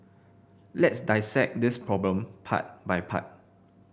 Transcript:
let's dissect this problem part by part